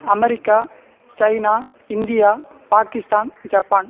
America China India Pakistan Japan